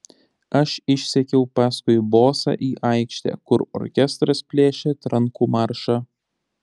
aš išsekiau paskui bosą į aikštę kur orkestras plėšė trankų maršą